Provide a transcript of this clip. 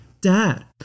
Dad